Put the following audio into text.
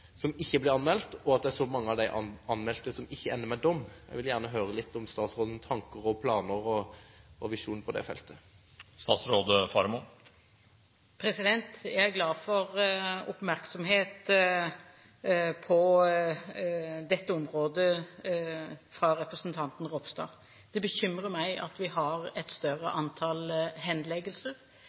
som ikke blir anmeldt, og at så mange av dem ikke ender med dom? Jeg vil gjerne høre litt om statsrådens tanker og planer og visjoner på det feltet. Jeg er glad for oppmerksomheten på dette området fra representanten Ropstad. Det bekymrer meg at vi har et større antall henleggelser.